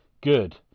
good